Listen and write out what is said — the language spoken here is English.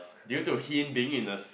due to him being in the s~